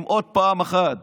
אם עוד פעם אחת